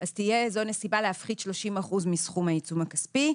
אז זו תהיה נסיבה להפחית 30% מסכום העיצום הכספי.